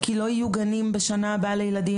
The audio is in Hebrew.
כי לא יהיו גנים לילדים בשנה הבאה,